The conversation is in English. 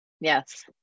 Yes